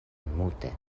multe